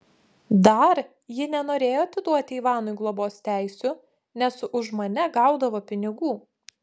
dar ji nenorėjo atiduoti ivanui globos teisių nes už mane gaudavo pinigų